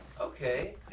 Okay